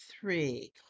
three